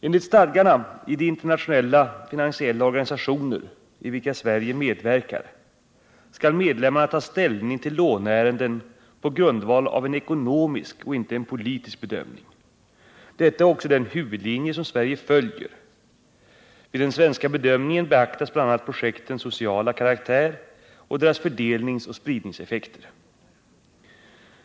Enligt stadgarna i de internationella finansiella organisationer i vilka Sverige medverkar skall medlemmarna ta ställning till låneärenden på grundval av en ekonomisk och inte en politisk bedömning. Detta är också den huvudlinje som Sverige följer. Vid den svenska bedömningen beaktas bl.a. projektens sociala karaktär och deras fördelningsoch spridningseffekter.